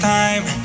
time